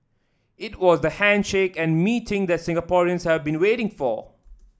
it was the handshake and meeting that Singaporeans have been waiting for